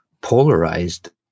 polarized